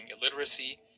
illiteracy